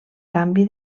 canvi